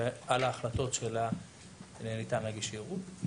שעל ההחלטות שלה ניתן להגיש ערעור.